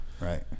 right